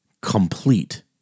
complete